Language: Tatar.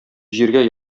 җиргә